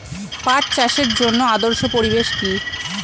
পাট চাষের জন্য আদর্শ পরিবেশ কি?